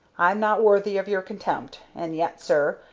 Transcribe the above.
i'm not worthy of your contempt, and yet, sir,